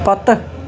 پتہٕ